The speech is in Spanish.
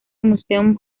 museum